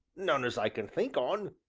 none as i can think on.